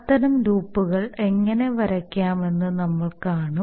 അത്തരം ലൂപ്പുകൾ എങ്ങനെ വരയ്ക്കാമെന്ന് നമ്മൾ കാണും